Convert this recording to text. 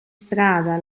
strada